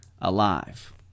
alive